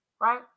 Right